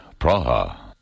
Praha